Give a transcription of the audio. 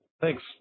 Thanks